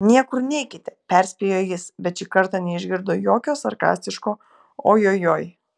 niekur neikite perspėjo jis bet šį kartą neišgirdo jokio sarkastiško ojojoi